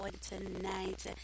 tonight